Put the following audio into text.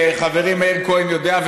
וחברי מאיר כהן יודע,